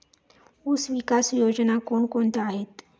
ऊसविकास योजना कोण कोणत्या आहेत?